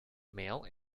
male